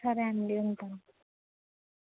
సరే అండి ఉంటాను